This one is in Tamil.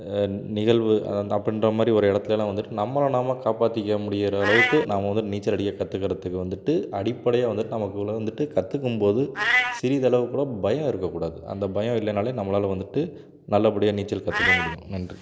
நிகழ்வு அந்த அப்படின்ற மாதிரி ஒரு இடத்துலலாம் வந்துட்டு நம்மளை நாம் காப்பாற்றிக்க முடிகிற அளவுக்கு நாம் வந்து நீச்சல் அடிக்கக் கற்றுக்கறதுக்கு வந்துட்டு அடிப்படையாக வந்துட்டு நமக்குள்ளே வந்துட்டு கற்றுக்கும் போது சிறிதளவுக்குக் கூட பயம் இருக்கக்கூடாது அந்தப் பயம் இல்லைனாலே நம்மளால் வந்துட்டு நல்லபடியாக நீச்சல் கற்றுக்க முடியும் நன்றி